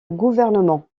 gouvernement